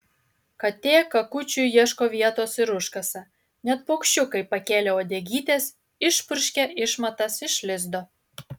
katė kakučiui ieško vietos ir užkasa net paukščiukai pakėlę uodegytes išpurškia išmatas iš lizdo